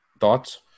Thoughts